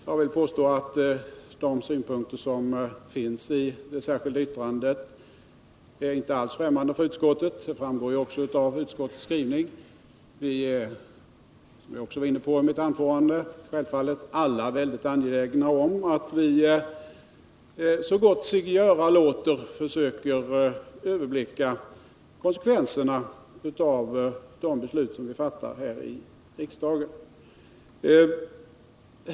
Jag vill påstå att de synpunkter som Onsdagen den framförts i det särskilda yttrandet inte alls är ffrämmande för utskottet. Det 16 april 1980 framgår också av utskottets skrivning. Vi är — det var jag inne på i mitt huvudanförande — självfallet alla mycket angelägna om att så gott sig göra låter försöka överblicka konsekvenserna av de beslut som vi fattar här i riksdagen.